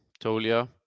Tolia